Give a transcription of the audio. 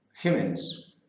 humans